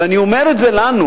אבל אני אומר את זה לנו,